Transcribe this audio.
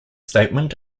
statement